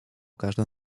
każdym